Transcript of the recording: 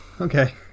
Okay